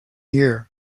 year